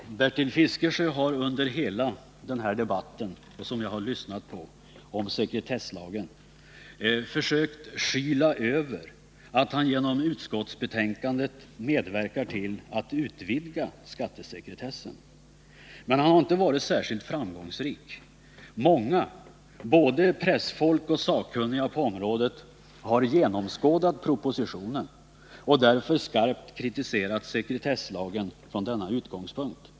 Fru talman! Bertil Fiskesjö har under hela denna debatt om sekretesslagen försökt skyla över att han genom utskottsbetänkandet medverkar till att utvidga skattesekretessen. Men han har inte varit särskilt framgångsrik. Många, både pressfolk och sakkunniga på området, har genomskådat propositionen och därför skarpt kritiserat sekretesslagen från denna utgångspunkt.